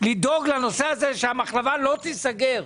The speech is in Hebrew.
לדאוג לנושא הזה שהמחלבה לא תיסגר.